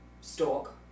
stalk